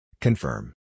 Confirm